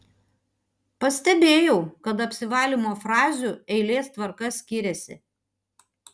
pastebėjau kad apsivalymo frazių eilės tvarka skiriasi